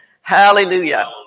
Hallelujah